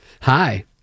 Hi